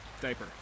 diaper